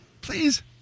Please